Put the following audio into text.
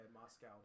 Moscow